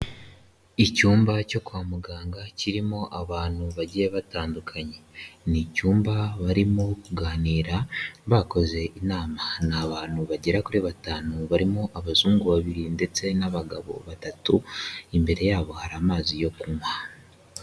Icyumba cyo kwa muganga kirimo abantu bagiye batandukanye. Ni icyumba barimo kuganira bakoze inama, ni abantu bagera kuri batanu barimo abazungu babiri ndetse n'abagabo batatu, imbere yabo hari amazi yo kunywa.